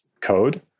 code